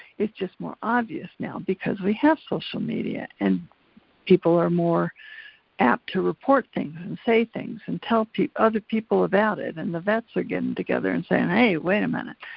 it's just more obvious now because we have social media and people are more apt to report things and say things and tell other people about it and the vets are getting together and saying, hey, wait a minute.